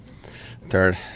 third